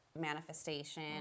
manifestation